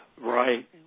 Right